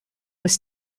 was